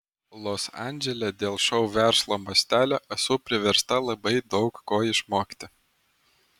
los andžele dėl šou verslo mastelio esu priversta labai daug ko išmokti